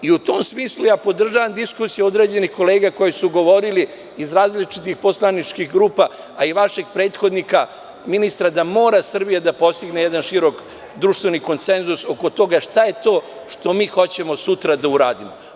U tom smislu podržavam diskusiju određenih kolega koji su govorili iz različitih poslaničkih grupa, a i vašeg prethodnika ministra da mora Srbija da postigne jedan širok društveni konsenzus oko toga šta je to što mi hoćemo sutra da uradimo.